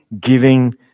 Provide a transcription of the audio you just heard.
giving